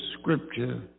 scripture